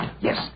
Yes